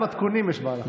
גם מתכונים יש בהלכה.